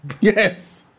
Yes